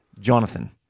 Jonathan